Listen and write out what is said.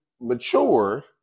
mature